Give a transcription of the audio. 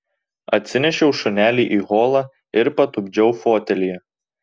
atsinešiau šunelį į holą ir patupdžiau fotelyje